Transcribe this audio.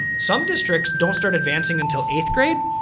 some districts don't start advancing until eighth grade,